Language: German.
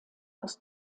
aus